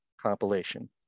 compilation